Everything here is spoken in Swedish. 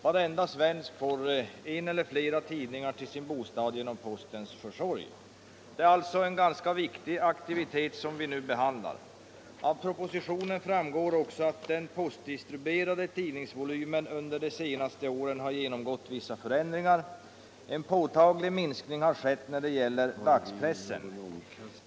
Varje svensk får en eller flera tidningar till sin bostad genom postens försorg. Det är alltså en synnerligen viktig aktivitet vi nu behandlar. Av propositionen framgår också att den postdistribuerade tidningsvolymen under de senaste åren har undergått vissa förändringar. En påtaglig minskning har skett när det gäller dagspressen.